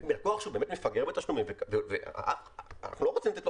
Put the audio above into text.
לקוח שהוא באמת מפגר בתשלומים אנחנו לא רוצים לתת לו